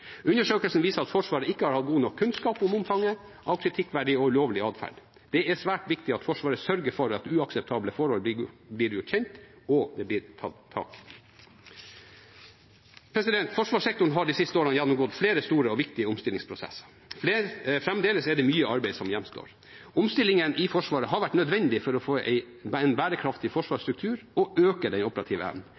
Undersøkelsen viser at Forsvaret ikke har hatt god nok kunnskap om omfanget av kritikkverdig og ulovlig adferd. Det er svært viktig at Forsvaret sørger for at uakseptable forhold blir gjort kjent – og at det blir tatt tak i. Forsvarssektoren har de siste årene gjennomgått flere store og viktige omstillingsprosesser. Fremdeles er det mye arbeid som gjenstår. Omstillingene i Forsvaret har vært nødvendige for å få en bærekraftig forsvarsstruktur og for å øke den operative evnen.